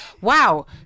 wow